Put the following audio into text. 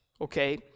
okay